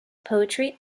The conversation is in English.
poetry